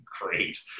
great